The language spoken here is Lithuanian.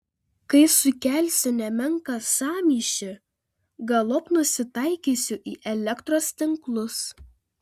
kai sukelsiu nemenką sąmyšį galop nusitaikysiu į elektros tinklus